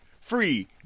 free